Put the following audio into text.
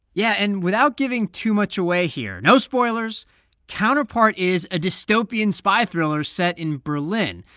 yeah. and without giving too much away here no spoilers counterpart is a dystopian spy thriller set in berlin.